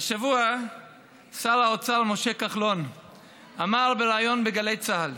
השבוע שר האוצר משה כחלון אמר בריאיון בגלי צה"ל: